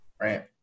right